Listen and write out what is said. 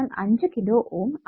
5 കിലോΩ ആണ്